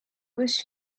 was